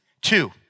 Two